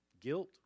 guilt